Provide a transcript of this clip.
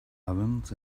ovens